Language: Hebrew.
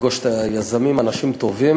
לפגוש את היזמים, אנשים טובים,